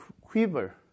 quiver